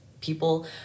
people